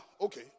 Okay